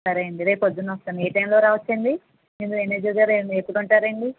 సరే అండి రేపు పొద్దున్న వస్తాను ఏ టైం లో రావచ్చండి మీ మేనేజర్ గారు ఎప్పుడుంటారు అండి